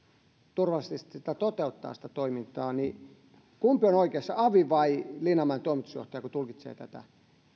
turvallisesti sitä toimintaa toteuttamaan kumpi on oikeassa avi vai linnanmäen toimitusjohtaja kun tulkitsee tätä